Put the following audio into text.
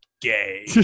gay